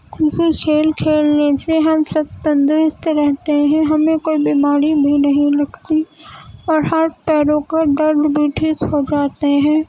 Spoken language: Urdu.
کیوںکہ کھیل کھیلنے سے ہم سب تندرست رہتے ہیں ہمیں کوئی بیماری بھی نہیں لگتی اور ہر پہلو کا درد بھی ٹھیک ہو جاتے ہیں